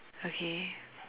okay